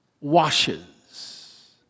washes